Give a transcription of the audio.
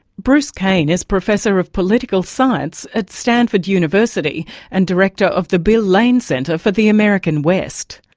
bruce cain is professor of political science at stanford university and director of the bill lane center for the american west.